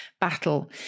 battle